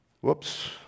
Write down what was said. Whoops